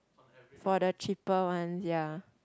for the cheaper one ya